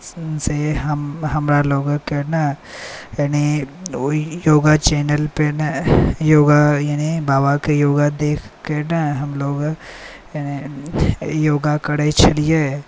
से हमरा लोककेँ ने ओहि योग चैनलपे ने योग बाबाके योग देखिके ने हमलोग योग करैत छलियै